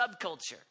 subculture